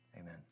Amen